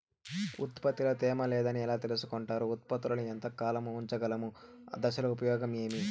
ఉత్పత్తి లో తేమ లేదని ఎలా తెలుసుకొంటారు ఉత్పత్తులను ఎంత కాలము ఉంచగలము దశలు ఉపయోగం ఏమి?